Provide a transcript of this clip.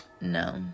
no